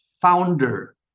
founder